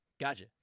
Gotcha